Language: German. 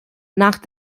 nach